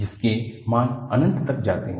जिसके मान अनंत तक जाते हैं